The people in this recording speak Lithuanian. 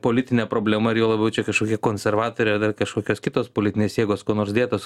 politinė problema ir juo labiau čia kažkokie konservatoriai ar dar kažkokios kitos politinės jėgos kuo nors dėtos